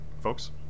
Folks